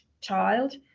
child